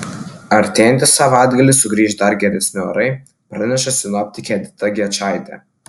artėjantį savaitgalį sugrįš dar geresni orai praneša sinoptikė edita gečaitė